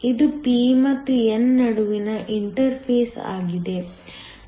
ಇದು p ಮತ್ತು n ನಡುವಿನ ಇಂಟರ್ಫೇಸ್ ಆಗಿದೆ